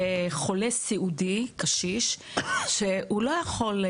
חולה סיעודי קשיש שהוא לא יכול,